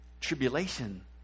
tribulation